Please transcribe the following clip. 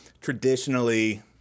traditionally